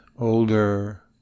Older